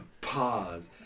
Pause